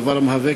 זו,